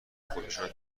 خودشان